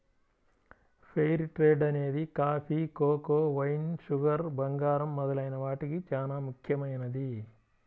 fair trade అనేది coffee, cocoa, wine, sugar, బంగారం మొదలైన వాటికి చానా ముఖ్యమైనది